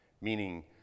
meaning